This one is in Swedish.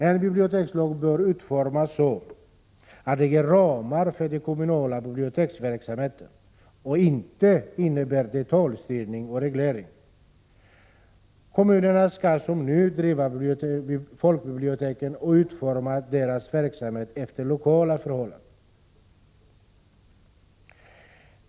En bibliotekslag bör utformas så att den ger ramar för den kommunala biblioteksverksamheten och inte innebär detaljstyrning och reglering. Kommunerna skall som nu driva folkbiblioteken och utforma deras verksamhet efter lokala förhållanden.